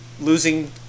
Losing